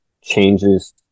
changes